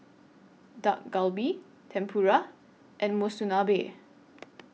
Dak Galbi Tempura and Monsunabe